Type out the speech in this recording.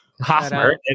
Hosmer